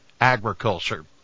agriculture